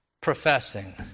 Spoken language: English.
professing